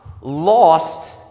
lost